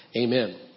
Amen